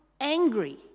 angry